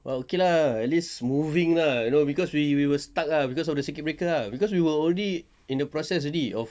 well okay lah at least moving lah you know cause we were we were stuck ah cause of the circuit breaker ah cause we were already in the process already